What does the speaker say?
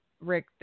Rick